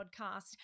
podcast